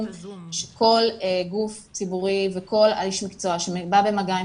שכל גוף ציבורי וכל איש מקצוע שבא במגע עם